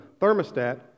thermostat